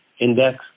Index